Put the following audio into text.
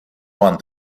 won